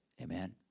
Amen